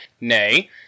Nay